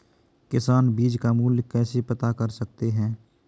किसान बीज का मूल्य कैसे पता कर सकते हैं?